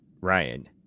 Ryan